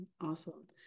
Awesome